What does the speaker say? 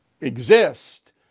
exist